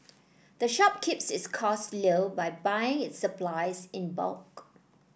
the shop keeps its costs low by buying its supplies in bulk